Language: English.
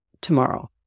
tomorrow